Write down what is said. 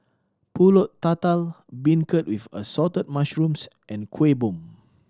Pulut Tatal beancurd with Assorted Mushrooms and Kuih Bom